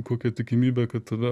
kokia tikimybė kad tave